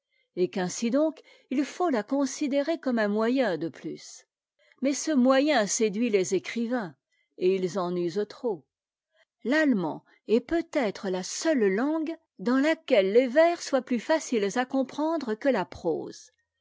et qu'ainsi donc il faut la considérer comme un moyen de pius mais ce moyen séduit es écrivains et ils en usent trop hatiemand est peutêtre la seule langue dans laquelle les vers soient plus faciles à comprendre que la prose